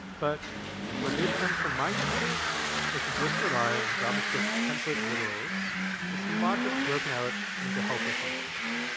but what made sense for my use case was to just rely on javascript's template literals with some logic broken out into helper functions.